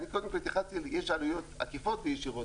אני קודם כל התייחסתי, יש עלויות עקיפות וישירות.